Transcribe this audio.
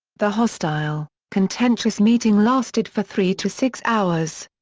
the hostile, contentious meeting lasted for three to six hours.